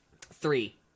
three